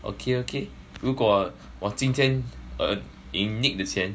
okay okay 如果今天 err 赢 nick 的钱